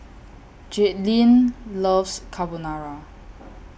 Jaidyn loves Carbonara